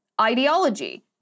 ideology